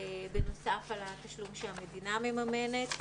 בנוסף על התשלום שהמדינה מממנת.